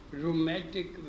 rheumatic